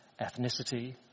ethnicity